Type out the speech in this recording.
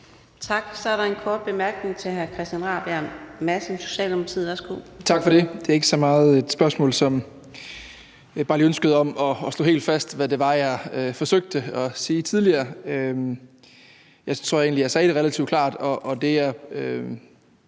Tak. Så er der en kort bemærkning til hr. Christian Rabjerg Madsen, Socialdemokratiet. Værsgo. Kl. 18:41 Christian Rabjerg Madsen (S): Tak for det. Det er ikke så meget et spørgsmål, som det bare lige er ønsket om at slå helt fast, hvad det var, jeg forsøgte at sige tidligere, og jeg tror egentlig, jeg sagde det relativt klart, og det,